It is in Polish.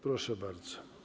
Proszę bardzo.